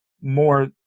more